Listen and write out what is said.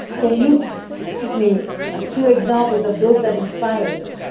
can you give me a few examples of those that inspire you?